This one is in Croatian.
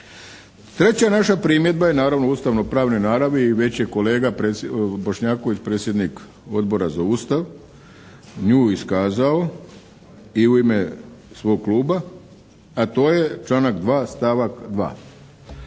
Treća naša primjedba je naravno ustavnopravne naravi i već je kolega Bošnjaković, predsjednik Odbora za ustav nju iskazao i u ime svog kluba, a to je članak 2. stavak 2.